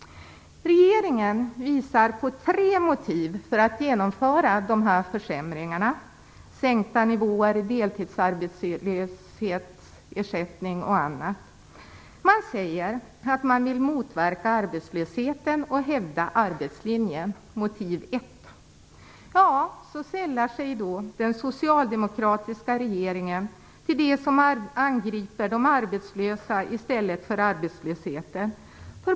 Regeringen visar på tre motiv för att genomföra de här försämringarna - sänkta nivåer i deltidsarbetslöshetsersättning m.m. Man säger att man vill motverka arbetslösheten och hävda arbetslinjen - motiv 1. Så sällar sig då den socialdemokratiska regeringen till dem som angriper de arbetslösa i stället för arbetslösheten.